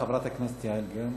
חברת הכנסת יעל גרמן.